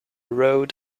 road